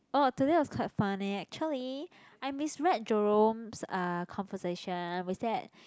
oh today was quite funny actually I misread Jerome's uh conversation was that